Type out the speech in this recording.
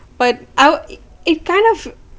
but I'd it kind of